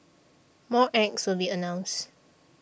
more acts will be announced